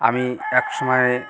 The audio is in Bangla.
আমি এক সময়